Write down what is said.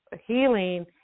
healing